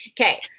Okay